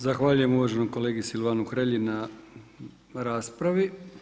Zahvaljujem uvaženom kolegi Silvanu Hrelji na raspravi.